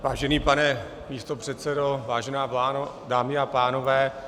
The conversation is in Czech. Vážený pane místopředsedo, vážená vládo, dámy a pánové.